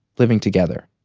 living together,